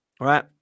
right